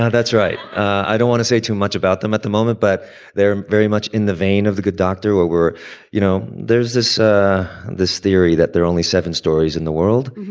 ah that's right i don't want to say too much about them at the moment, but they're very much in the vein of the good doctor where we're you know, there's this ah this theory that they're only seven stories in the world.